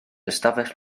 ystafell